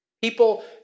People